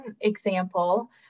example